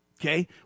Okay